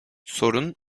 sorun